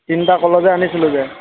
তিনিটা কলহ যে আনিছিলোঁ যে